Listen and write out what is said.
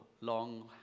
long